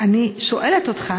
אני שואלת אותך,